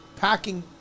packing